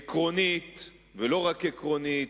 עקרונית ולא רק עקרונית,